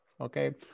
okay